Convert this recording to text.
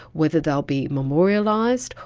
whether they will be memorialised,